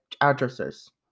addresses